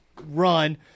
run